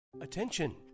Attention